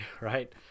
right